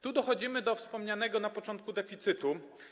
Tu dochodzimy do wspomnianego na początku deficytu.